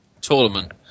tournament